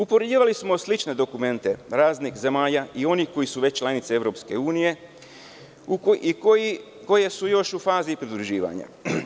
Upoređivali smo slične dokumente raznih zemalja, onih koji su već članice EU i koje su još u fazi pridruživanja.